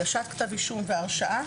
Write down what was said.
הגשת כתב אישום והרשעה.